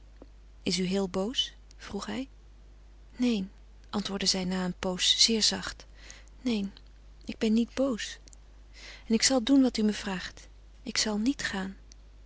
is u heel boos vroeg hij neen antwoordde zij na een pooze zeer zacht neen ik ben niet boos en ik zal doen wat u me vraagt ik zal niet gaan